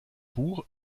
buch